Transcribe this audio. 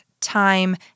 time